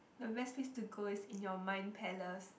the best place to go is in your mind palace